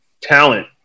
talent